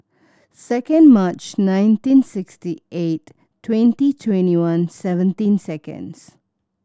second March nineteen sixty eight twenty twenty one seventeen seconds